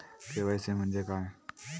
KYC म्हणजे काय?